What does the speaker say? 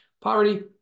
Poverty